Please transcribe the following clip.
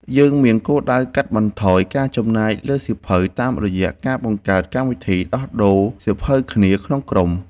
យើងមានគោលដៅកាត់បន្ថយការចំណាយលើសៀវភៅតាមរយៈការបង្កើតកម្មវិធីដោះដូរសៀវភៅគ្នាក្នុងក្រុម។